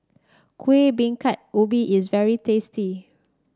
Kuih Bingka Ubi is very tasty